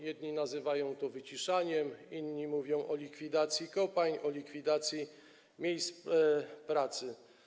Jedni nazywają to wyciszaniem, inni mówią o likwidacji kopalń, o likwidacji miejsc pracy.